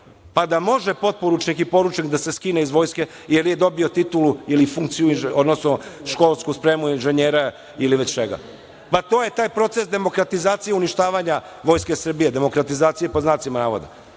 pa da može potporučnik i poručnik da se skine iz vojske, jer je dobio titulu ili funkciju, odnosno školsku spremu inženjera ili već čega? To je taj proces demokratizacije uništavanja Vojske Srbije, demokratizacije pod znacima navoda.